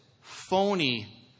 phony